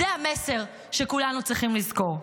זה המסר שכולנו צריכים לזכור.